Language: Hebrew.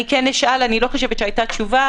אני כן אשאל אני לא חושבת שהייתה תשובה,